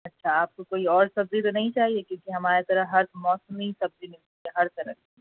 اچھا آپ کو کوئی اور سبزی تو نہیں چاہیے کیونکہ ہماری طرح ہر موسمی سبزی ملتی ہے ہر طرح کی